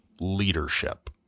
leadership